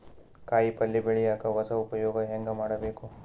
ಕಾಯಿ ಪಲ್ಯ ಬೆಳಿಯಕ ಹೊಸ ಉಪಯೊಗ ಹೆಂಗ ಮಾಡಬೇಕು?